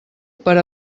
per